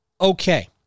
Okay